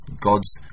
God's